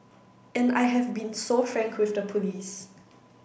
and I have been so frank with the police